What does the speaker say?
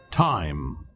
Time